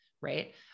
right